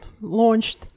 launched